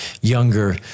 younger